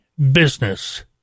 Business